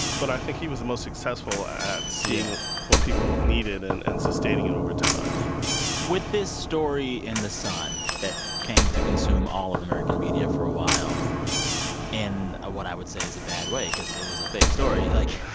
but i think he was the most successful at seeing what people needed and and sustaining it over time yeah with this story in the sun that came to consume all of american media for a while in what i would say is a bad way cause it was a fake story like,